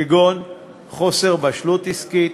כגון חוסר בשלות עסקית,